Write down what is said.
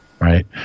right